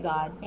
God